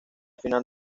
final